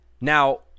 Now